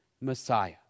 Messiah